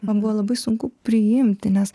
man buvo labai sunku priimti nes